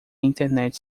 internet